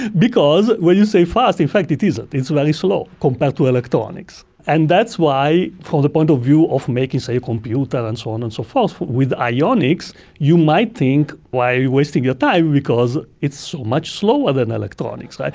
because when you say fast, in fact it isn't, it's very slow compared to electronics, and that's why for the point of view of making, say, a computer and so on and so forth, with ionics you might think why are you wasting your time because it's so much slower than electronics. like